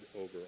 over